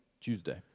Tuesday